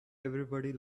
everybody